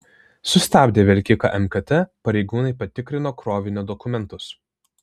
sustabdę vilkiką mkt pareigūnai patikrino krovinio dokumentus